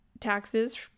taxes